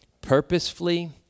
purposefully